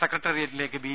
സെക്രട്ടറിയേറ്റിലേക്ക് B